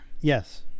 Yes